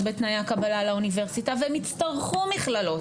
בתנאי הקבלה לאוניברסיטה והן יצטרכו מכללות,